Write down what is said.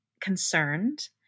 concerned